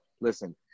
listen